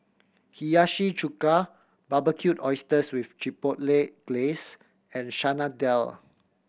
Hiyashi Chuka Barbecued Oysters with Chipotle Glaze and Chana Dal